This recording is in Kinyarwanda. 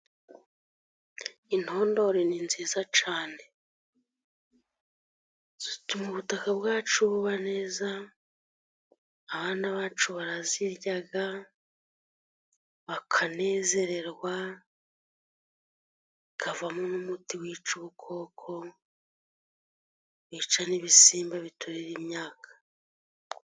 Intondore ni nziza cyane, zituma ubutaka bwacu buba neza, abana bacu barazirya bakanezererwa, havamo n'umuti wica ubukoko wica n'ibisimba biturira imyaka.